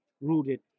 rooted